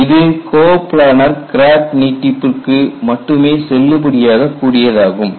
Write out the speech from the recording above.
இது இது coplanar crack நீட்டிப்புக்கு மட்டுமே செல்லுபடியாக கூடியதாகும்